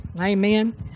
Amen